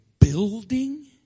building